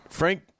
Frank